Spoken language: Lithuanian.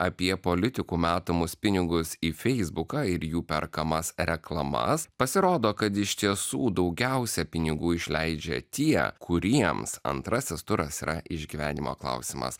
apie politikų metamus pinigus į feisbuką ir jų perkamas reklamas pasirodo kad iš tiesų daugiausia pinigų išleidžia tie kuriems antrasis turas yra išgyvenimo klausimas